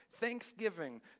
thanksgiving